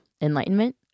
Enlightenment